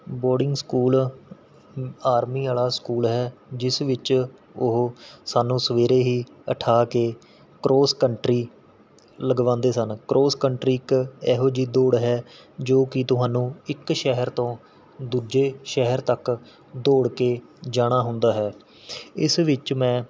boarding school army ਵਾਲ਼ਾ school ਹੈ ਜਿਸ ਵਿੱਚ ਉਹ ਸਾਨੂੰ ਸਵੇਰੇ ਹੀ ਉਠਾ ਕੇ ਕਰੌਸ ਕੰਨਟਰੀ ਲਗਵਾਉਂਦੇ ਸਨ ਕਰੌਸ ਕੰਨਟਰੀ ਇੱਕ ਇਹੋ ਜਿਹੀ ਦੌੜ ਹੈ ਜੋ ਕਿ ਤੁਹਾਨੂੰ ਇੱਕ ਸ਼ਹਿਰ ਤੋਂ ਦੂਜੇ ਸ਼ਹਿਰ ਤੱਕ ਦੌੜ ਕੇ ਜਾਣਾ ਹੁੰਦਾ ਹੈ ਇਸ ਵਿੱਚ ਮੈਂ